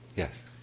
Yes